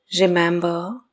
remember